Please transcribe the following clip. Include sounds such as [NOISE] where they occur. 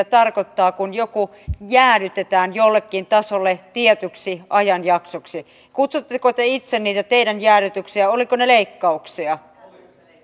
[UNINTELLIGIBLE] tarkoittaa kun joku jäädytetään jollekin tasolle tietyksi ajanjaksoksi miten te kutsutte itse niitä teidän jäädytyksiänne olivatko ne leikkauksia